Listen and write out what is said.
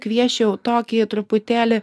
kviesčiau tokį truputėlį